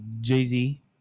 Jay-Z